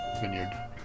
Vineyard